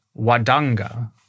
Wadanga